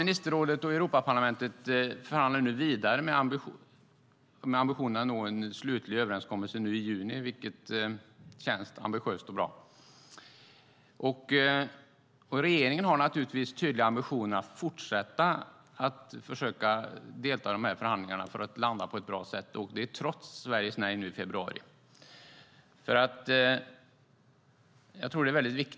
Ministerrådet och Europaparlamentet förhandlar nu vidare med ambitionen att nå en slutlig överenskommelse i juni, vilket känns ambitiöst och bra. Regeringen har naturligtvis tydliga ambitioner att fortsätta att delta i förhandlingarna för att landa på ett bra sätt, detta trots Sveriges nej i februari.